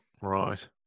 Right